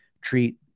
treat